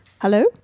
Hello